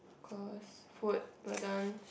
cause food burden